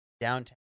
downtown